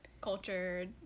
cultured